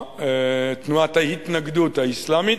תנועת ההתנגדות האסלאמית,